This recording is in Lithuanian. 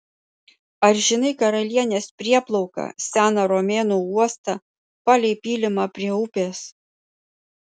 ar žinai karalienės prieplauką seną romėnų uostą palei pylimą prie upės